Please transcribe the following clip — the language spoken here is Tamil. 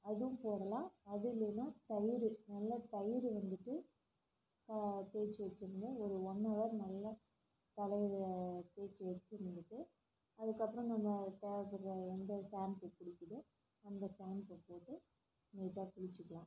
அதுவும் போடலாம் அது இல்லைன்னா தயிர் நல்லா தயிர் வந்துட்டு தேய்ச்சி வச்சிருந்து ஒரு ஒன்னவர் நல்லா தலையில் தேய்ச்சி வச்சிருந்துட்டு அதுக்கப்புறம் நம்ம தேவைப்படுற எந்த ஷாம்பு பிடிக்குதோ அந்த ஷாம்பு போட்டு லைட்டா குளிச்சிக்கலாம்